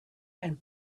and